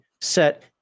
set